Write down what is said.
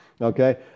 Okay